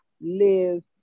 live